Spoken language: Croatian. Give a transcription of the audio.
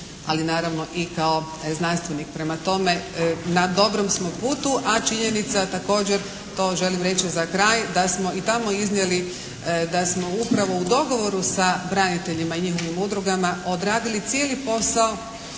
ali naravni i kao znanstvenik. Prema tome, na dobrom smo putu. A činjenica također to želim reći za kraj da smo i tamo iznijeli da smo upravo u dogovoru sa braniteljima i njihovim udrugama odradili cijeli posao,